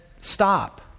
stop